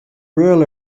rural